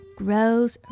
grows